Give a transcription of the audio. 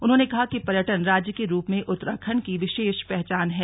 उन्होंने कहा कि पर्यटन राज्य के रूप में उत्तराखण्ड की विशेष पहचान है